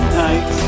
night